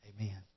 Amen